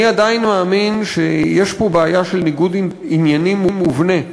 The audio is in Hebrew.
אני עדיין מאמין שיש פה בעיה של ניגוד עניינים מובנה: